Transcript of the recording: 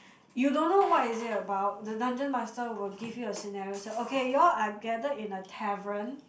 you don't know what is it about the dungeon master will give you a scenario so okay you all are gathered in a tavern